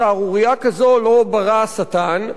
שערורייה כזאת לא ברא השטן,